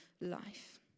life